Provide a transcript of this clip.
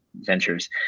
ventures